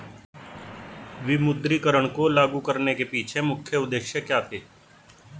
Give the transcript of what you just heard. विमुद्रीकरण को लागू करने के पीछे मुख्य उद्देश्य क्या थे?